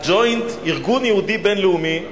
ה"ג'וינט", ארגון יהודי בין-לאומי,